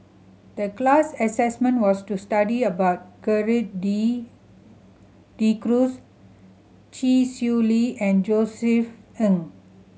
the class assignment was to study about Gerald De De Cruz Chee Swee Lee and Josef Ng